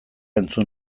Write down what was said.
entzun